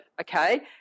okay